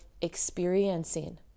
experiencing